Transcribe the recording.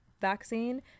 vaccine